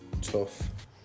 tough